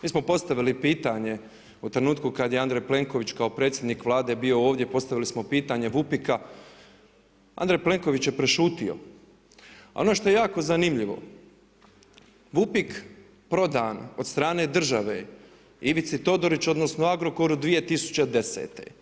Mi smo postavili pitanje u trenutku kad je Andrej Plenković kao predsjednik Vlade bio ovdje, postavili smo pitanje VUPIK-a, Andrej Plenković je prešutio, a ono što je jako zanimljivo VUPIK prodan od strane države Ivicu Todoriću odnosno Agrokoru 2010.